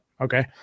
okay